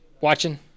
watching